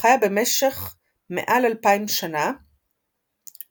שחיה במשך מעל אלפיים שנה בשומרון,